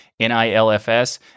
NILFS